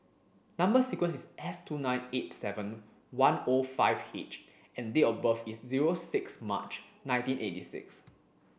number sequence is S two nine eight seven one O five H and date of birth is zero six March nineteen eighty six